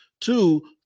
Two